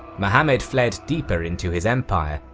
muhammad fled deeper into his empire,